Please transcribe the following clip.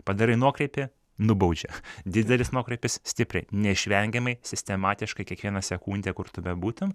padarai nuokrypį nubaudžia didelis nuokrypis stipriai neišvengiamai sistematiškai kiekvieną sekundę kur tu bebūtum